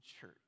church